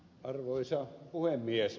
arvoisa puhemies